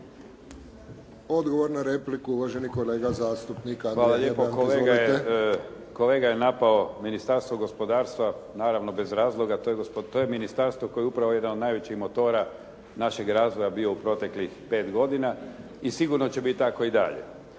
**Hebrang, Andrija (HDZ)** Hvala lijepo. Kolega je napao Ministarstvo gospodarstva, naravno bez razloga. To je ministarstvo koje je upravo jedan od najvećih motora našeg razvoja bio u proteklih pet godina i sigurno će biti tako i dalje.